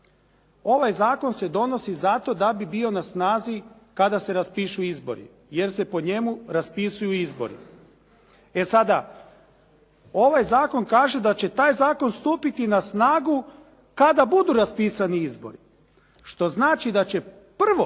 ovaj zakon se donosi zato da bi bio na snazi kada se raspišu izbori, jer se po njemu raspisuju izbori. E sada, ovaj zakon kaže da će taj zakon stupiti na snagu kada budu raspisani izbori što znači da će prvo